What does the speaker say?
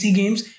games